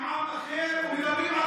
כובשים עם אחר ומדברים על דמוקרטיה.